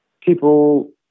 people –